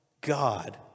God